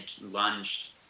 lunged